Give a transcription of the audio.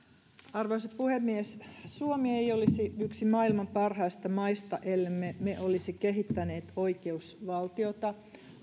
arvoisa puhemies suomi ei olisi yksi maailman parhaista maista ellemme me olisi kehittäneet oikeusvaltiota